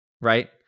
Right